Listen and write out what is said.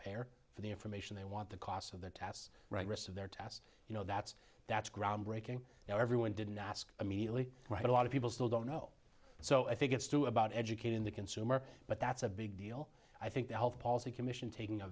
payer for the information they want the costs of the tasks right rest of their tasks you know that's that's groundbreaking now everyone didn't ask immediately right a lot of people still don't know so i think it's too about educating the consumer but that's a big deal i think the health policy commission taking a